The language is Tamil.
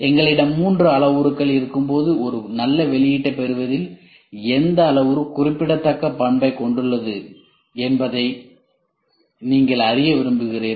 எங்களிடம் மூன்று அளவுருக்கள் இருக்கும்போது ஒரு நல்ல வெளியீட்டைப் பெறுவதில் எந்த அளவுரு குறிப்பிடத்தக்க பங்கைக் கொண்டுள்ளது என்பதை நீங்கள் அறிய விரும்புகிறீர்கள்